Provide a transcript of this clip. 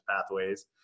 pathways